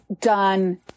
done